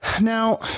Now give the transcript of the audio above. Now